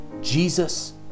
Jesus